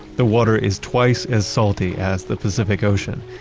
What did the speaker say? the water is twice as salty as the pacific ocean.